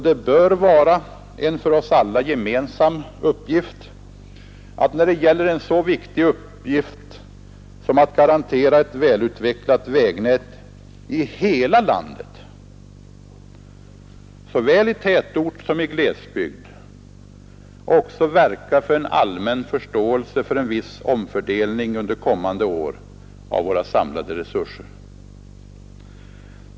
Det bör vara en för oss alla gemensam uppgift, när det gäller ett så viktigt mål som att garantera ett välutvecklat vägnät i hela landet, såväl i tätort som i glesbygd, att verka för en allmän förståelse för en viss omfördelning under kommande år av våra samlade resurser.